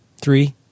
Three